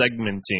segmenting